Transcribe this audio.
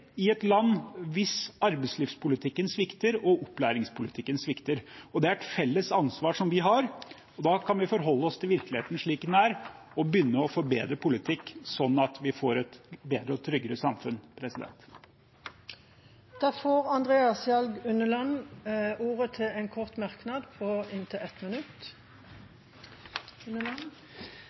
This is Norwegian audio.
i et land der arbeidslivspolitikken svikter, og opplæringspolitikken svikter. Og det er et felles ansvar vi har. Da kan vi forholde oss til virkeligheten slik den er, og begynne å forbedre politikken slik at vi får et bedre og tryggere samfunn. Representanten Andreas Sjalg Unneland har hatt ordet to ganger tidligere i debatten og får ordet til en kort merknad, begrenset til 1 minutt.